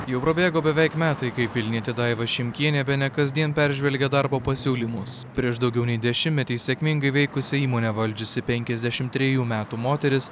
jau prabėgo beveik metai kaip vilnietė daiva šimkienė bene kasdien peržvelgia darbo pasiūlymus prieš daugiau nei dešimtmetį sėkmingai veikusią įmonę valdžiusi penkiasdešim trejų metų moteris